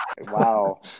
Wow